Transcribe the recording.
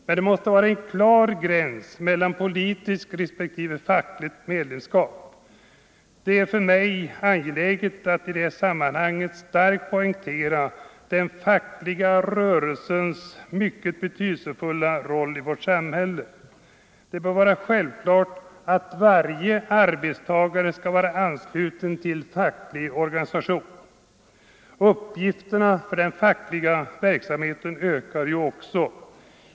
Men det måste vara en klar gräns mellan politiskt respektive fackligt medlemskap. Det är för mig angeläget att i detta sammanhang starkt poängtera den fackliga rörelsens mycket betydelsefulla roll i vårt samhälle. Det bör vara självklart att varje arbetstagare skall vara ansluten till facklig organisation. Uppgifterna för den fackliga verksamheten ökar också.